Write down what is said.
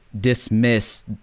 dismiss